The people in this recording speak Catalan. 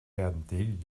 antic